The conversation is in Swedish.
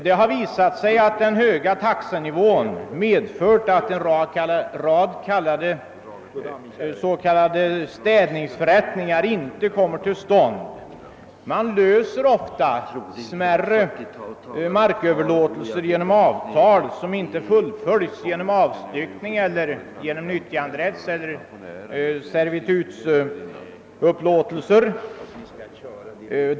Det har visat sig att den höga taxenivån medfört att en rad s.k. »städningsförrättningar» inte kommer till stånd. Man löser ofta smärre marköverlåtelser genom avtal, som inte fullföljs genom avstyckning eller nyttjanderättseller servitutsupplåtelser.